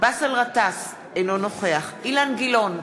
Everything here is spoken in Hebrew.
באסל גטאס, אינו נוכח אילן גילאון,